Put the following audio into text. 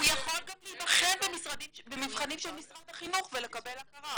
יכול להבחן במבחנים של משרד החינוך ולקבל הכרה.